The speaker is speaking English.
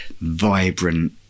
vibrant